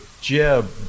Jeb